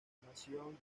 animación